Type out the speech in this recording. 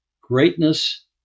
Greatness